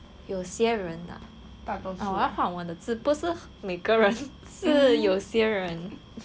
有些人 ah 我要换我的字不是每个人是有些人